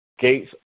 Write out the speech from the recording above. Gates